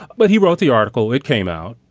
but he wrote the article. it came out.